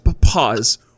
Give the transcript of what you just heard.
pause